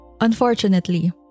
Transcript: Unfortunately